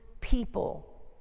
people